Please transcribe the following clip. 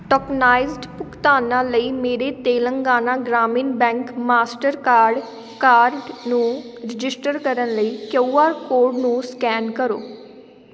tokenized ਭੁਗਤਾਨਾਂ ਲਈ ਮੇਰੇ ਤੇਲੰਗਾਨਾ ਗ੍ਰਾਮੀਣ ਬੈਂਕ ਮਾਸਟਰ ਕਾਡ ਕਾਰਡ ਨੂੰ ਰਜਿਸਟਰ ਕਰਨ ਲਈ ਕਯੂ ਆਰ ਕੋਡ ਨੂੰ ਸਕੈਨ ਕਰੋ